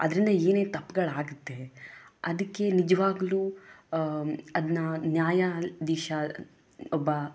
ಅದರಿಂದ ಏನೇ ತಪ್ಪುಗಳಾಗುತ್ತೆ ಅದಕ್ಕೆ ನಿಜವಾಗ್ಲೂ ಅದನ್ನ ನ್ಯಾಯಾಧೀಶ ಒಬ್ಬ